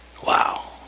Wow